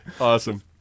Awesome